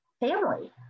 family